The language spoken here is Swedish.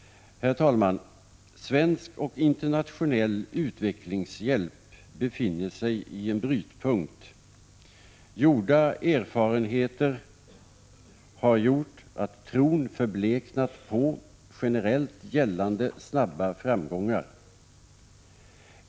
Herr talman! Svensk och internationell utvecklingshjälp befinner sig i en brytpunkt. Gjorda erfarenheter har gjort att tron förbleknat på generellt gällande, snabba framgångar.